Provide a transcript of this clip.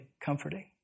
comforting